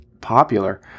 popular